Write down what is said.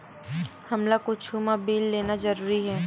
हमला कुछु मा बिल लेना जरूरी हे?